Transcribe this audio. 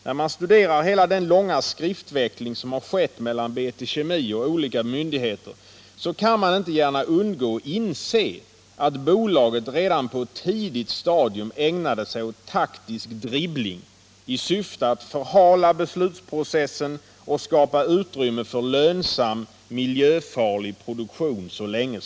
När man studerar hela den långa skriftväxling som förevarit mellan BT Kemi och olika myndigheter kan man inte undgå att inse att bolaget redan på ett tidigt stadium ägnade sig åt taktisk dribbling i syfte att förhala beslutsprocessen och så länge som möjligt skapa utrymme för lönsam miljöfarlig produktion.